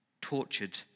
tortured